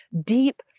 deep